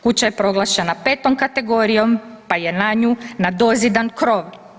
Kuća je proglašena 5. kategorijom, pa je na nju nadozidan krov.